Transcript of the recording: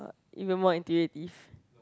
you mean more intuitive